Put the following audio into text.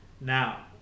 Now